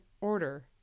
order